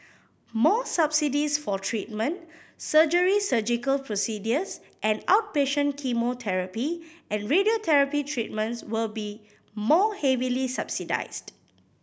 more subsidies for treatment surgery Surgical procedures and outpatient chemotherapy and radiotherapy treatments will be more heavily subsidised